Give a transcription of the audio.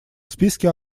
списке